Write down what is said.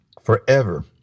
forever